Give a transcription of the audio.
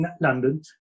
London